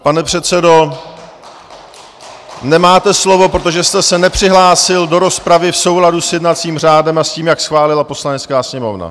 Pane předsedo, nemáte slovo, protože jste se nepřihlásil do rozpravy v souladu s jednacím řádem a s tím, jak schválila Poslanecká sněmovna.